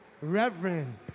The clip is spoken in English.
Reverend